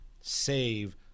save